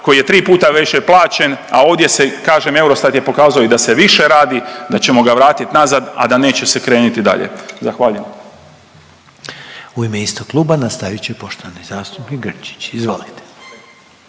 koji je tri puta više plaćen, a ovdje se kažem Eurostat je pokazao i da se više radi, da ćemo ga vratit nazad, a da neće se krenuti dalje. Zahvaljujem. **Reiner, Željko (HDZ)** U ime istog Kluba nastavit će poštovani zastupnik Grčić. Izvolite.